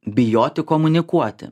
bijoti komunikuoti